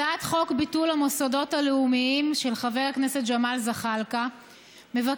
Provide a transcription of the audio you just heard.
הצעת חוק ביטול המוסדות הלאומיים של חבר הכנסת ג'מאל זחאלקה מבקשת